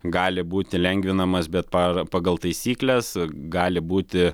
gali būti lengvinamas bet para pagal taisykles gali būti